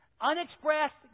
Unexpressed